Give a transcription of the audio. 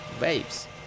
waves